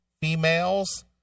females